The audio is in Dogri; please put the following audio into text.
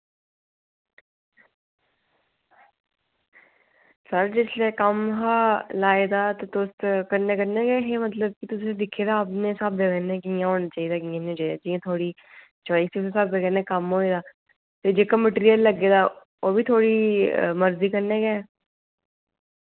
सर जिसलै कम्म हा लाए दा ते तुस कन्नै कन्नै गै ऐ हे मतलब कि तुसें दिक्खे दा अपने स्हाबै कन्नै न कि'यां होना चाहिदा कि'यां नेईं होना चाहिदा जि'यां थुआढ़ी चाइस दे स्हाबै कन्नै कम्म होएओ ते जेह्का मैटीरियल लग्गे दा ओह् बी थुआढ़ी मर्जी कन्नै गै